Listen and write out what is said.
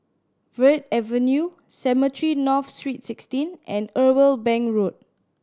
Verde Avenue Cemetry North Street Sixteen and Irwell Bank Road